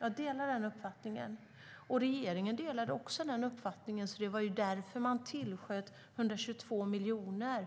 Jag delar hans uppfattning där, och det gjorde regeringen också. Det var därför man tillsköt 122 miljoner